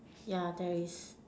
yeah thanks